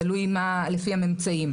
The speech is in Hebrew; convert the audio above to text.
תלוי בממצאים.